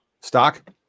Stock